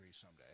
someday